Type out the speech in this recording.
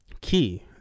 key